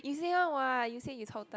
you say one what you say you chao tah